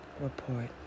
report